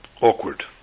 awkward